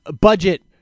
budget